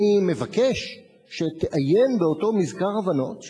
אני מבקש שתעיין באותו מזכר הבנות,